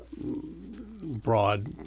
broad